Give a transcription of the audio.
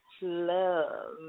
Love